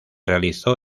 realizó